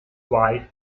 wife